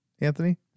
Anthony